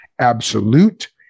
absolute